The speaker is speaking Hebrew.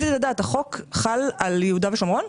החוק חל על יהודה ושומרון?